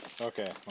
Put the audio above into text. Okay